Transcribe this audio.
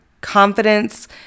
confidence